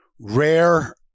rare